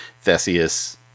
Theseus